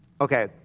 Okay